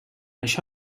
això